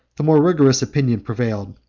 the more rigorous opinion prevailed,